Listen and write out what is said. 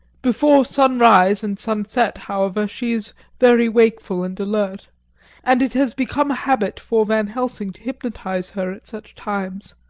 before sunrise and sunset, however, she is very wakeful and alert and it has become a habit for van helsing to hypnotise her at such times.